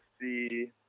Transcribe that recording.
see